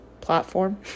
platform